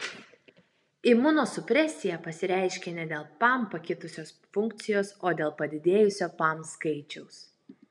imunosupresija pasireiškia ne dėl pam pakitusios funkcijos o dėl padidėjusio pam skaičiaus